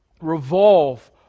revolve